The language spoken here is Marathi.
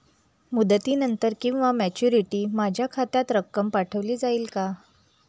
मुदतीनंतर किंवा मॅच्युरिटी माझ्या खात्यात रक्कम पाठवली जाईल का?